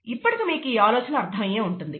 ఇప్పటికి మీకు ఆలోచన అర్థమయ్యే ఉంటుంది